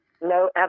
no